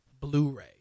Blu-ray